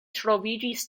troviĝis